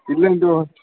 ಇಲ್ಲಿಂದು